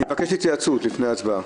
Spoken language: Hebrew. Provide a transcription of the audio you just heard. אני מבקש התייעצות לפני ההצבעה.